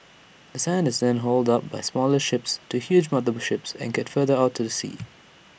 the sand is then hauled up by smaller ships to huge mother ships anchored further out to sea